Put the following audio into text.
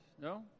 No